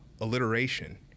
alliteration